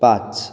पांच